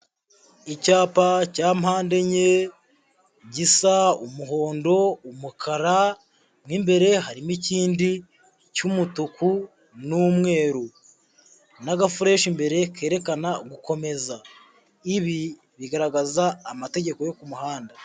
Icyapa cya mpande enye gisa umuhondo, umukara, mo imbere harimo ikindi cy'umutuku n'umweru n'agafureshi imbere kerekana gukomeza, ibi bigaragaza amategeko yo ku muhanda.